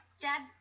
Dad